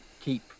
keep